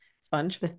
sponge